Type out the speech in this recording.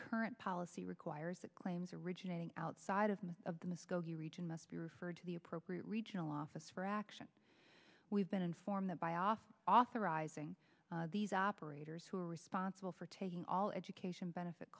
current policy requires that claims originating outside of most of the muskogee region must be referred to the appropriate regional office for action we've been informed by off authorizing these operators who are responsible for taking all education benefit